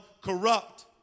corrupt